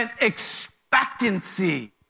expectancy